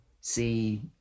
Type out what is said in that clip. see